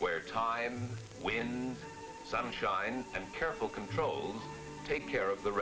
where times when sunshine and careful controls take care of the